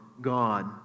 God